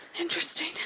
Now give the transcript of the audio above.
Interesting